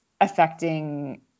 affecting